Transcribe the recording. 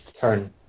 turn